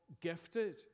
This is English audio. gifted